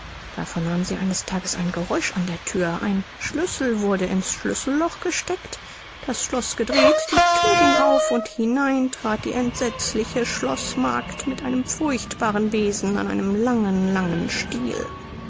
da vernahm sie eines tages ein geräusch an der thür ein schlüssel wurde in's schlüsselloch gesteckt das schloß gedreht die thür ging auf und herein trat die entsetzliche schloßmagd mit einem furchtbaren besen an einem langen langen